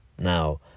Now